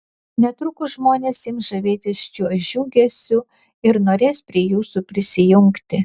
netrukus žmonės ims žavėtis šiuo džiugesiu ir norės prie jūsų prisijungti